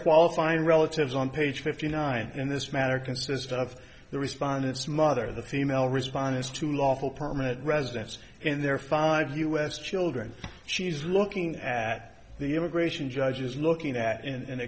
qualified relatives on page fifty nine in this matter consisted of the respondents mother the female respondents to lawful permanent residents and their five us children she's looking at the immigration judges looking at and